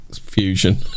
fusion